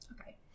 okay